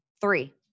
Three